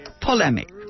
polemic